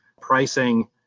pricing